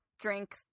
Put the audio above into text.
drink